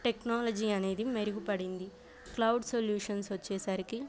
technology అనేది మెరుగుపడింది cloud solutions వచ్చేసరికి